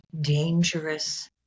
dangerous